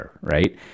Right